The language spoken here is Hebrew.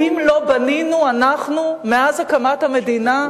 האם לא בנינו אנחנו, מאז הקמת המדינה,